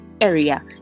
area